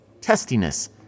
testiness